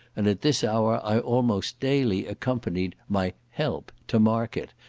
and at this hour i almost daily accompanied my help to market,